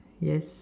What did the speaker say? yes